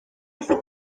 gallu